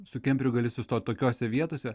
su kemperiu gali sustot tokiose vietose